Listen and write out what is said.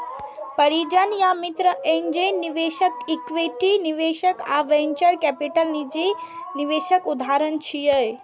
परिजन या मित्र, एंजेल निवेशक, इक्विटी निवेशक आ वेंचर कैपिटल निजी निवेशक उदाहरण छियै